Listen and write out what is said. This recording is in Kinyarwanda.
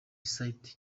site